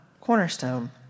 cornerstone